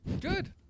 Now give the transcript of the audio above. Good